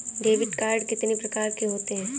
Debit card कितनी प्रकार के होते हैं?